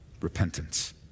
Repentance